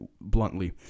bluntly